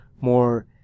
more